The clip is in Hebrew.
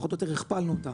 פחות או יותר הכפלנו אותה